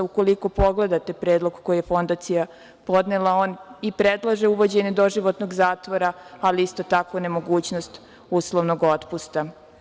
Ukoliko pogledate predlog koji je Fondacija podnela, on i predlaže uvođenje doživotnog zatvora, ali isto tako nemogućnost uslovnog otpusta.